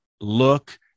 look